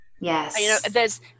Yes